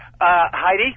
Heidi